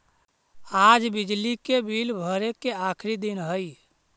आज बिजली के बिल भरे के आखिरी दिन हई